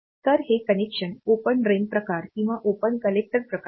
तर हे connection open drain प्रकार किंवा ओपन कलेक्टर प्रकार आहेत